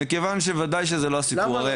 מכיוון שוודאי זה לא הסיפור.